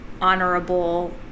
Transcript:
honorable